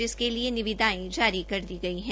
इसके लिए निविदाएं जारी कर दी गई हैं